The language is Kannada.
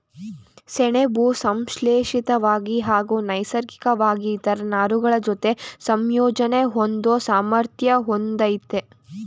ಸೆಣಬು ಸಂಶ್ಲೇಷಿತ್ವಾಗಿ ಹಾಗೂ ನೈಸರ್ಗಿಕ್ವಾಗಿ ಇತರ ನಾರುಗಳಜೊತೆ ಸಂಯೋಜನೆ ಹೊಂದೋ ಸಾಮರ್ಥ್ಯ ಹೊಂದಯ್ತೆ